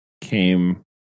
came